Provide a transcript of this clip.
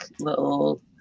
little